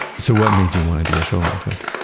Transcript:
so, what made you want to do a show like this?